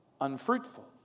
unfruitful